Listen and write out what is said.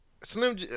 slim